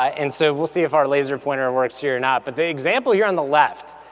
ah and so we'll see if our laser pointer works here or not, but the example here on the left,